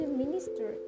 minister